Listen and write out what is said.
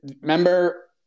remember